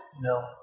No